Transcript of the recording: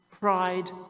pride